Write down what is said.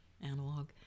analog